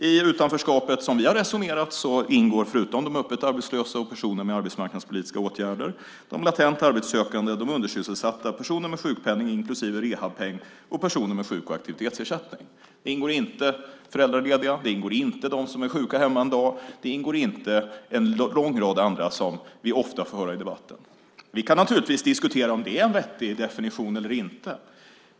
I utanförskapet, som vi har resonerat, ingår förutom de öppet arbetslösa och personer med arbetsmarknadspolitiska åtgärder också de latent arbetssökande, de undersysselsatta, personer med sjukpenning, inklusive rehabpeng, och personer med sjuk och aktivitetsersättning. Där ingår inte föräldralediga, där ingår inte de som är sjuka och hemma en dag och där ingår inte en lång rad andra, som vi ofta får höra i debatten. Vi kan naturligtvis diskutera om det är en vettig definition eller inte.